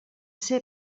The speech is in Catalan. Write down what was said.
ser